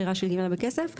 בחירה של גמלה בכסף.